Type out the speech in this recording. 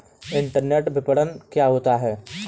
Internet विपणन क्या होता है?